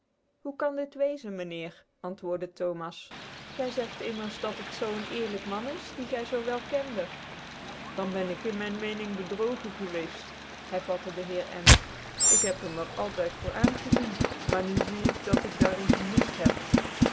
hoe kan dit weczen myn heer antwoordc thomas gy zegt immers dat het zoo een ecrlyk man is die gy zoo wel kende dan ben ik in myn meeding bedroogen geweeft hervatte dc heer n ik heb hem er altyd voor aangezien maar nu zie ik dat ik daar in gemift heb